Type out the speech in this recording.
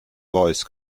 voice